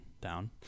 down